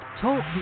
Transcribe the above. Talk